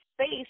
space